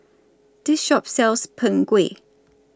This Shop sells Png Kueh